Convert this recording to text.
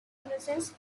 innocence